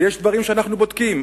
ויש דברים שאנחנו בודקים.